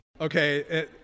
Okay